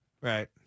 Right